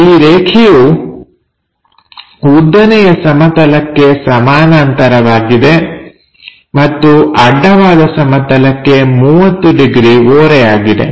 ಈ ರೇಖೆಯು ಉದ್ದನೆಯ ಸಮತಲಕ್ಕೆ ಸಮಾನಾಂತರವಾಗಿದೆ ಮತ್ತು ಅಡ್ಡವಾದ ಸಮತಲಕ್ಕೆ 30 ಡಿಗ್ರಿ ಓರೆಯಾಗಿದೆ